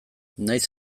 nahiz